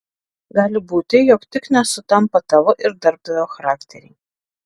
gali būti jog tik nesutampa tavo ir darbdavio charakteriai